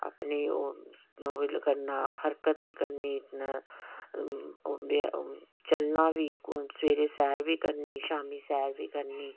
अपनी ओह् ओह् बी करना हरकत बी करनी चलना बी सबेरे सैर बी करनी शामी सैर बी करनी